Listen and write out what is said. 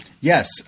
Yes